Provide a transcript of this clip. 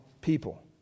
people